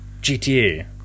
GTA